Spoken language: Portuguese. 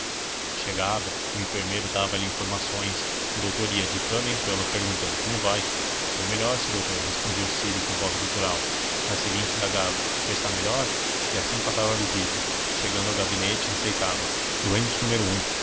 chegava o enfermeiro dava-lhe informações o doutor ia de cama em cama perguntando como vai vou melhor seu doutor respondia o sírio com voz gutural na seguinte indagava já está melhor e assim passava a visita chegando ao gabinete receitava doente no